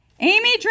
Amy